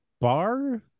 bar